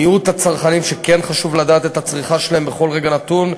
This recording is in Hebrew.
מיעוט הצרכנים שכן חשוב להם לדעת את הצריכה שלהם בכל רגע נתון,